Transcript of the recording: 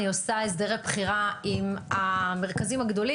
אני עושה הסדרי בחירה עם המרכזים הגדולים